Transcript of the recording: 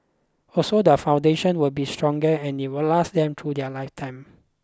also the foundation will be stronger and it will last them through their lifetime